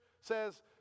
says